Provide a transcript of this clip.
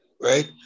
right